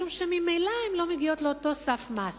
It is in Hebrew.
משום שממילא הן לא מגיעות לאותו סף מס.